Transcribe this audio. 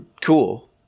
cool